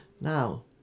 Now